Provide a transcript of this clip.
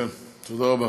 תודה רבה.